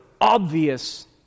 obvious